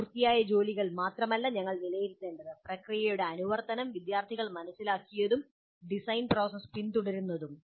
പൂർത്തിയായ ജോലികൾ മാത്രമല്ല ഞങ്ങൾ വിലയിരുത്തേണ്ടത് പ്രക്രിയയുടെ അനുവർത്തനംവിദ്യാർത്ഥികൾ മനസിലാക്കിയതും ഡിസൈൻ പ്രോസസ്സ് പിന്തുടരുന്നതും